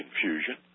confusion